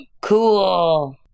Cool